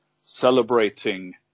celebrating